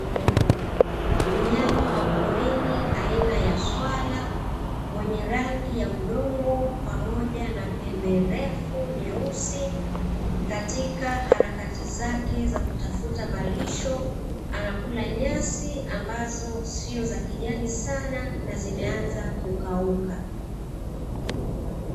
Mnyama wa porini aina ya swala mwenye rangi ya udongo, pamoja na pembe ndefu nyeusi katika harakati zake za kutafuta marisho anakula nyasi ambazo sio za kijani sana na zimeanza kukauka.